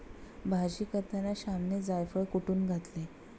भाजी करताना श्यामने जायफळ कुटुन घातले